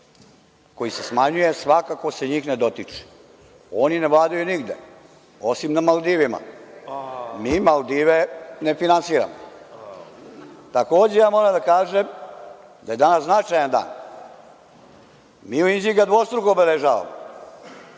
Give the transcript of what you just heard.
koji se smanjuje se svakako njih ne dotiče. Oni ne vladaju nigde, osim na Maldivima. Mi Maldive ne finansiramo. Takođe, moram da kažem da je danas značajan dan. Mi ga u Inđiji dvostruko obeležavamo.